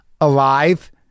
alive